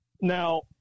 Now